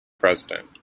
president